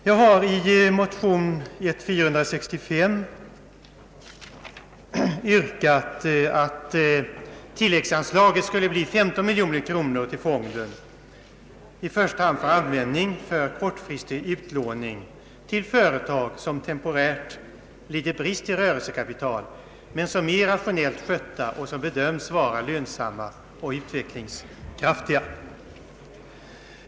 Jag har i motion I: 465 yrkat att tillläggsanslaget skulle bli 15 miljoner kronor till fonden, att användas i första hand för kortfristig utlåning till företag som temporärt lider brist på rörelsekapital men som är rationellt skötta och bedöms vara lönsamma och utvecklingskraftiga.